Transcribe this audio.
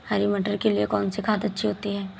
हरी मटर के लिए कौन सी खाद अच्छी होती है?